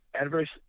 adverse